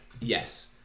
Yes